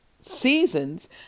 seasons